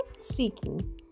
seeking